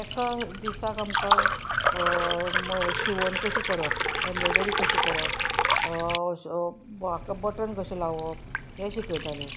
एका दिसाक आमकां शिंवण कशी करप एम्ब्रोयडरी कशी करप हाका बटन कशें लावप हें शिकयतालें